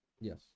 Yes